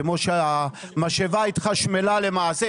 כמו שהמשאבה התחשמלה למעשה,